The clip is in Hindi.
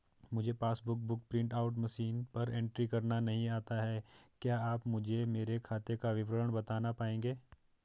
मुझे passbook book print out machine पर एंट्री करना नहीं आता है क्या आप मुझे मेरे खाते का विवरण बताना पाएंगे?